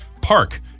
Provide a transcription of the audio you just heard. park